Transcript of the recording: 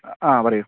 ആ പറയൂ